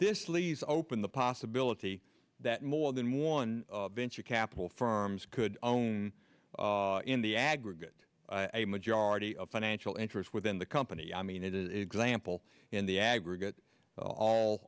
this leaves open the possibility that more than one venture capital firms could own in the aggregate a majority of financial interests within the company i mean it is example in the aggregate all